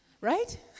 Right